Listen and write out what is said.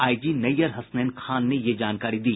IG Nayyar Hasnain Khan ने यह जानकारी दी